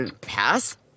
pass